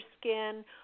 skin